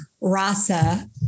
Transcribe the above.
Rasa